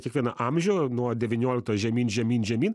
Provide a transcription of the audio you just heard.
kiekvieną amžių nuo devyniolikto žemyn žemyn žemyn